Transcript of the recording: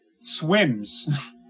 swims